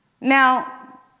Now